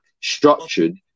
structured